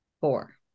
four